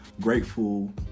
grateful